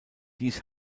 dies